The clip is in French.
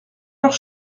leurs